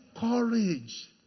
courage